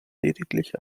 lediglich